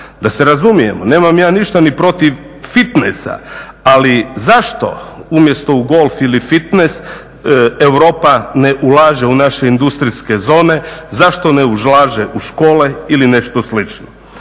Da se razumijemo nemam ja ništa ni protiv fitnesa, ali zašto umjesto u golf ili fitnes Europa ne ulaže u naše industrijske zone, zašto ne ulaže u škole ili nešto slično.